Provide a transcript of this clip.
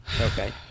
Okay